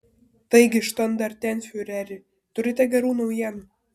taigi štandartenfiureri turite gerų naujienų